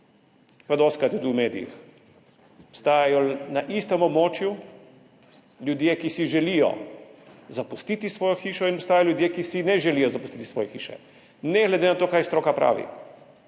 pa dostikrat je tudi v medijih. Obstajajo na istem območju ljudje, ki si želijo zapustiti svojo hišo, in obstajajo ljudje, ki si ne želijo zapustiti svoje hiše ne glede na to, kar stroka pravi.